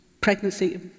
pregnancy